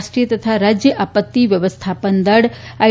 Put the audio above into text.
રાષ્ટ્રીય તથા રાજ્ય આ તિ વ્યવસ્થા ન દળ આઇ